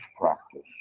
practice